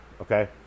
okay